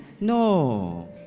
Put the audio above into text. No